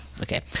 okay